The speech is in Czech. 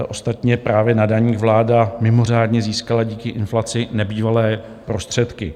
Ostatně právě na daních vláda mimořádně získala díky inflaci nebývalé prostředky.